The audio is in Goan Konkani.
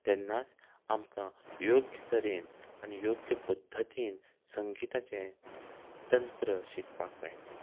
तेन्नाच आमकां योग्य तरेन आनी योग्य पद्दतीन संगिताचे तंत्र शिकपाक मेयटलें